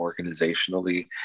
organizationally